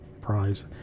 prize